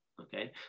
Okay